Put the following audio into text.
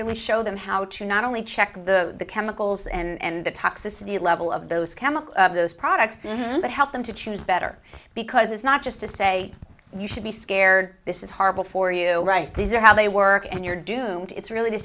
really show them how to not only check the chemicals and the toxicity level of those chemical those products but help them to choose better because it's not just to say you should be scared this is horrible for you right these are how they work and you're doomed it's really to